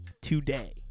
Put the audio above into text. today